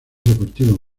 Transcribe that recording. deportivo